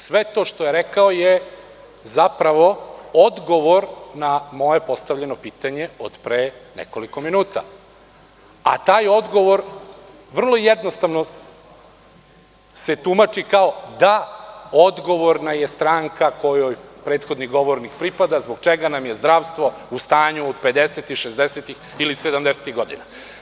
Sve to što je rekao je zapravo odgovor na moje postavljeno pitanje od pre nekoliko minuta, a taj odgovor vrlo jednostavno se tumači kao - da odgovorna je stranka kojoj prethodni govornik pripada, zbog čega nam je zdravstvo u stanju pedesetih, šezdesetih ili sedamdesetih godina.